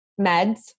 meds